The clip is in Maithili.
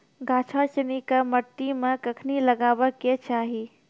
गाछो सिनी के मट्टी मे कखनी लगाबै के चाहि?